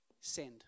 Send